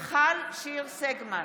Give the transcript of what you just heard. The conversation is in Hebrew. מיכל שיר סגמן,